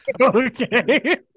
Okay